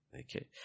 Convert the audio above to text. Okay